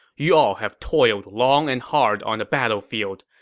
you all have toiled long and hard on the battlefield.